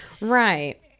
right